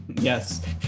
Yes